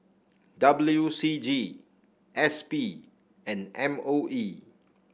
W C G S P and M O E